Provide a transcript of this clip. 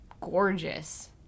gorgeous